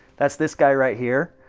that's this guy right here.